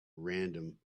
random